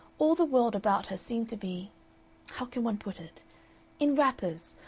all the world about her seemed to be how can one put it in wrappers,